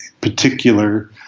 particular